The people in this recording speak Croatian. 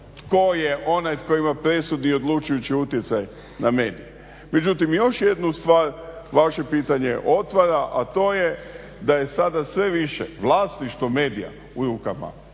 tko je onaj tko ima presudni i odlučujući utjecaj na medije. Međutim, još jednu stvar vaše pitanje otvara, a to je da je sada sve više vlasništvo medija u rukama